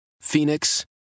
Phoenix